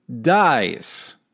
dies